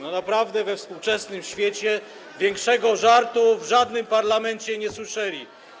Naprawdę we współczesnym świecie większego żartu w żadnym parlamencie nie słyszeli.